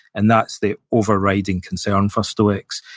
and that's the overriding concern for stoics.